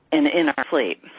and in our sleep.